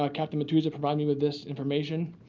ah captain matuza provided me with this information.